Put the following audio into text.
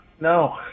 No